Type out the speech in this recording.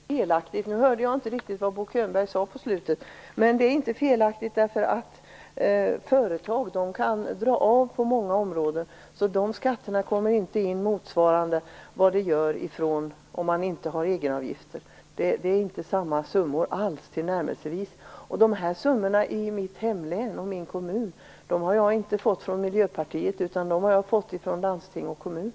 Fru talman! Jag kan inte se att det är felaktigt. Jag hörde inte riktig vad Bo Könberg sade på slutet, men jag kan säga att det inte är felaktigt. Företag kan dra av på många områden. De skatterna kommer inte in motsvarande vad det gör om man inte har egenavgifter. Det är inte tillnärmelsevis samma summor. Siffrorna från min kommun i mitt hemlän har jag inte fått från Miljöpartiet utan från landsting och kommun.